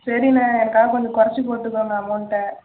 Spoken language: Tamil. சரிண்ண எனக்காக கொஞ்சம் கொறச்சு போட்டுக்கோங்க அமௌண்ட்டை